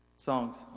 songs